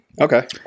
Okay